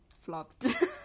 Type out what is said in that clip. flopped